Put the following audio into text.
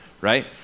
right